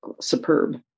superb